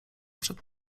przed